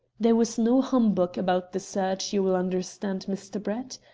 there was no humbug about the search, you will understand, mr. brett.